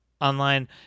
online